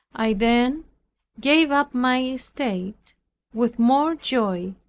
i then gave up my estate with more joy,